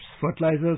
fertilizers